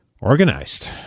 organized